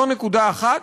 זאת נקודה אחת.